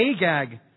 Agag